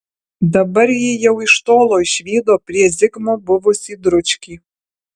dabar ji jau iš tolo išvydo prie zigmo buvusį dručkį